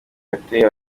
yateye